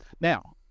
Now